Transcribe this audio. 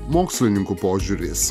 mokslininkų požiūris